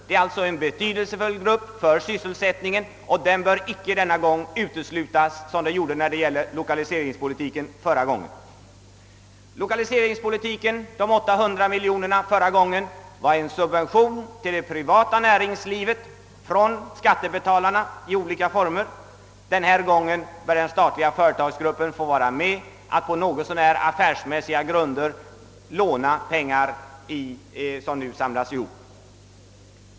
För sysselsättningen är alltså denna grupp mycket betydelsefull, och den bör denna gång inte uteslutas såsom skedde när det gällde de 800 miljoner kronorna. Lokaliseringspengarna har varit en subvention till det privata näringslivet från skattebetalarna. Den här gången bör den statliga företagsgruppen vara med och på något mer affärsmässiga grunder få låna av de pengar som nu samlas ihop.